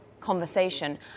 conversation